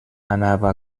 anava